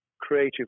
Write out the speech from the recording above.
creative